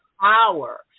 power